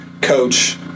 coach